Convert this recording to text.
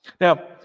Now